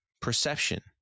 perception